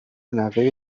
نوه